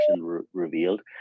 revealed